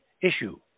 issue